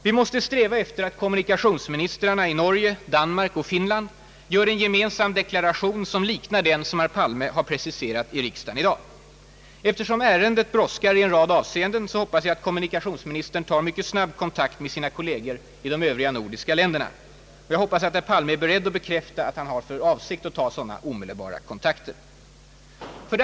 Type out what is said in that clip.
Vi måste sträva efter att kommunikationsministrarna i Norge, Danmark och Finland gör en gemensam deklaration som liknar den som herr Palme har preciserat i riksdagen i dag. Eftersom ärendet brådskar i en rad avseenden, hoppas jag att kommunikationsministern tar mycket snabb kontakt med sina kolle ger i de övriga nordiska länderna. Är herr Palme beredd att bekräfta att han har för avsikt att ta sådana omedelbara kontakter?